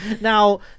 Now